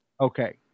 Okay